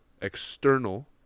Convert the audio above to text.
external